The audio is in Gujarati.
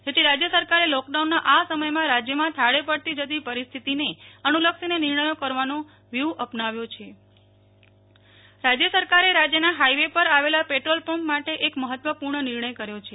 જેથી રાજય સરકારે લોકડાઉનના આ સમયમાં રાજયમાં થાળે પડતી જતી પરિસ્થિતિને અનુ લક્ષીને નિર્ણયો કરવાનો વ્યુ ્ અપનાવ્યો છે નેહલ ઠકકર રાજય સરકાર હાઈવે રાજ્ય સરકારે રાજ્યના હાઈવે પર આવેલા પેદ્રોલ પંપ માટે એક મહત્વપુર્ણ નિર્ણય કર્યો છે